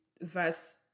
verse